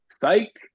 psych